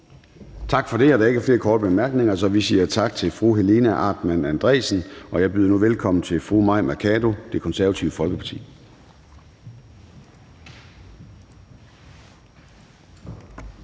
Tak for det. Der er ikke flere korte bemærkninger, så vi siger tak til fru Helena Artmann Andresen, og jeg byder nu velkommen til fru Mai Mercado, Det Konservative Folkeparti. Kl.